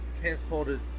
transported